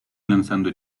lanzando